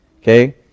Okay